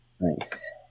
Nice